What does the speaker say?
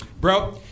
Bro